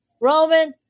Roman